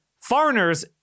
foreigners